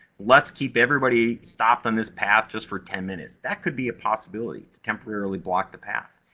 let's keep everybody stopped on this path, just for ten minutes. that could be a possibility to temporarily block the path.